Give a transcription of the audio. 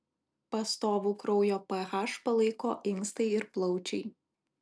pastovų kraujo ph palaiko inkstai ir plaučiai